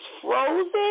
frozen